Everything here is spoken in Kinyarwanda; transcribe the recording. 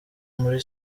muri